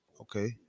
Okay